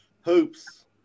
Hoops